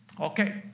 Okay